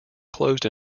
closed